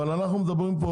אבל אנחנו מדברים פה